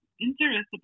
interested